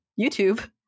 YouTube